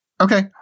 Okay